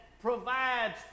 provides